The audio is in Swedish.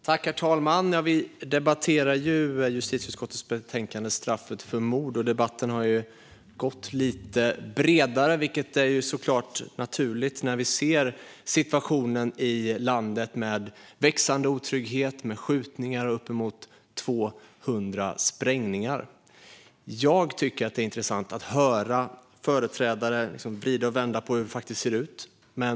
Herr talman! Vi debatterar justitieutskottets betänkande Straffet för mord . Debatten har varit ganska bred, vilket är naturligt med tanke på situationen i landet med växande otrygghet, skjutningar och uppemot 200 sprängningar. Jag tycker att det är intressant att höra företrädare vrida och vända på hur det ser ut.